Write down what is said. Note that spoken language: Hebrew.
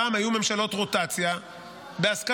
פעם היו ממשלות רוטציה בהסכמות,